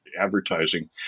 advertising